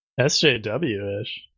SJW-ish